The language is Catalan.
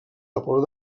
vapor